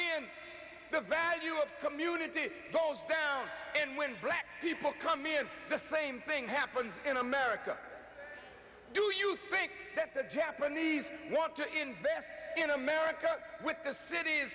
in the value of community goes down and when black people come in the same thing happens in america do you think that the japanese want to invest in america with the city is